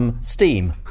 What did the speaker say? Steam